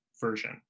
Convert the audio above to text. version